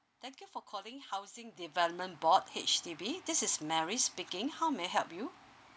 thank you for calling housing development board H_D_B this is mary speaking how may I help you